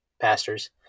pastors